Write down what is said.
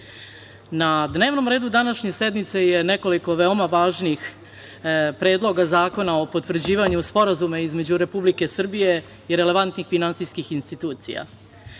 na dnevnom redu današnje sednice je nekoliko veoma važnih predloga zakona o potvrđivanju sporazuma između Republike Srbije i relevantnih finansijskih institucija.